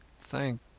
Thank